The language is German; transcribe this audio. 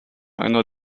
einer